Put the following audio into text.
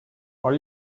are